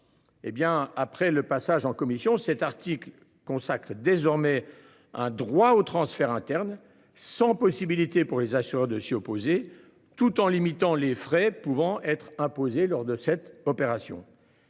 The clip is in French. après le passage en commission cet article consacrent désormais un droit au transfert interne, sans possibilité pour les assureurs de s'y opposer, tout en limitant les frais pouvant être imposées lors de cette opération.